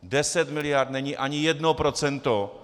Deset miliard není ani jedno procento.